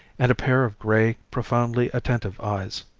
and a pair of grey, profoundly attentive eyes.